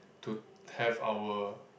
to have our